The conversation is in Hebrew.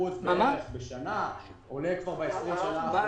ב-3% בכל שנה ש-20 השנים האחרונות.